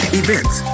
events